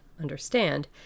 understand